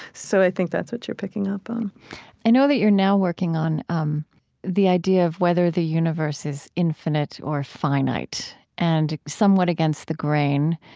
so i think that's what you're picking up on i know that you're now working on um the idea of whether the universe is infinite or finite. and somewhat against the grain,